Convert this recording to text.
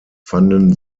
fanden